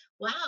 wow